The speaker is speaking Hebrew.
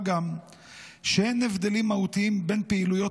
מה גם שאין הבדלים מהותיים בין פעילויות